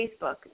Facebook